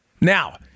Now